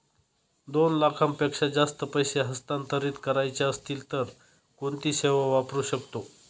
दोन लाखांपेक्षा जास्त पैसे हस्तांतरित करायचे असतील तर कोणती सेवा वापरू शकतो?